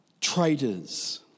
traitors